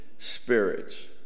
spirits